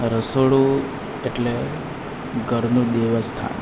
રસોડું એટલે ઘરનું દેવસ્થાન